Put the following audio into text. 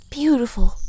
beautiful